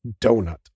donut